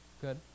good